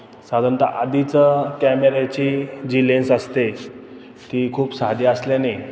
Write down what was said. साधारणतः आधीच कॅमेऱ्याची जी लेन्स असते ती खूप साधी असल्याने